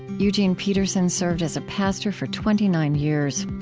eugene peterson served as a pastor for twenty nine years.